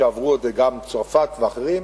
עברו את זה גם צרפת ואחרים.